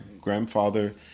grandfather